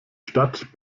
stadt